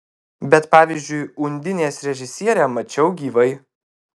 bet pavyzdžiui undinės režisierę mačiau gyvai